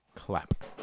clap